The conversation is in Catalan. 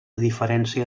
diferència